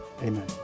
amen